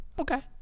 Okay